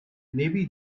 maybe